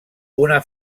una